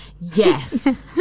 Yes